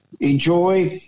Enjoy